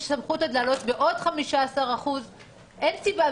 יש סמכות להעלות בעוד 15%. אין סיבה.